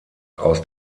aus